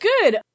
good